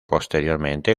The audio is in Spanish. posteriormente